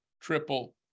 triple